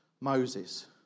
Moses